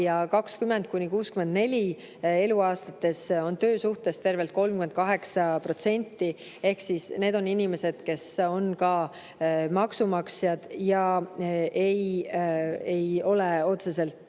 20–64‑aastatest on töösuhtes tervelt 38%. Need on inimesed, kes on ka maksumaksjad ja ei ole otseselt